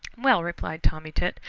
well, replied tommy tit,